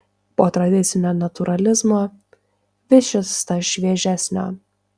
po tradicinio natūralizmo vis šis tas šviežesnio